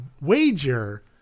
wager